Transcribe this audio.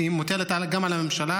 שמוטלת גם על הממשלה,